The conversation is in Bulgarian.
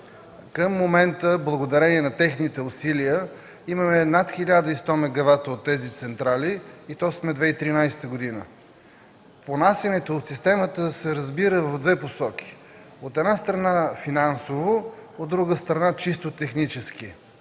Към момента благодарение на техните усилия имаме над 1100 мегавата от тези централи, а сме 2013 г. Понасянето от системата се разбира в две посоки – финансово и чисто технически.